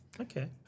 Okay